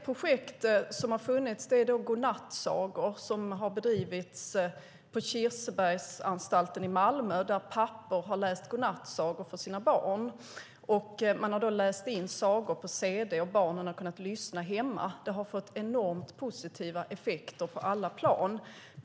Projektet Godnattsagor bedrevs på Kirsebergsanstalten i Malmö. Pappor läste godnattsagor för sina barn. De läste in sagorna på cd, och sedan kunde barnen lyssna hemma. Det fick enormt positiva effekter på alla plan.